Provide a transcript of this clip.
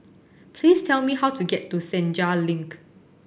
please tell me how to get to Senja Link